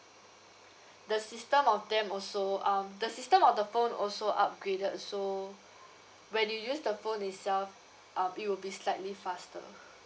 the system of them also um the system of the phone also upgraded so when you use the phone itself um it will be slightly faster